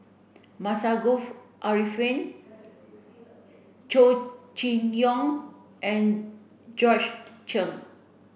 Masagos Zulkifli Chow Chee Yong and Georgette Chen